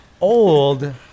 old